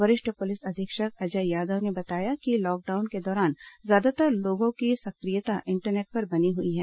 वरिष्ठ पुलिस अधीक्षक अजय यादव ने बताया कि लॉकडाउन के दौरान ज्यादातर लोगों की सक्रियता इंटरनेट पर बनी हुई है